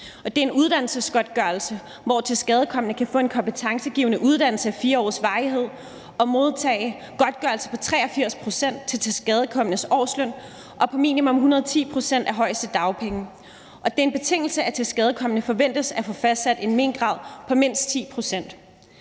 Det er en uddannelsesgodtgørelse, hvor tilskadekomne kan få en kompetencegivende uddannelse af 4 års varighed og modtage godtgørelse på 83 pct. af tilskadekomnes årsløn og på minimum 110 pct. af højeste dagpenge. Det er en betingelse, at tilskadekomne forventes at få fastsat en mengrad på mindst 10 pct.